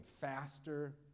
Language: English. faster